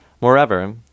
Moreover